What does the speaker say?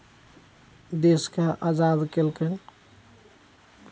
देशकेँ आजाद केलकनि